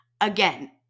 again